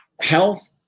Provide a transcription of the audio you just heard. health